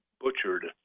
butchered